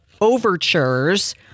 overtures